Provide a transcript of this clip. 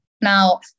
Now